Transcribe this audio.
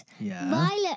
Violet